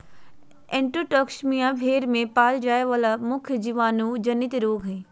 enterotoxaemia भेड़ में पाल जाय वला मुख्य जीवाणु जनित रोग हइ